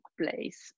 place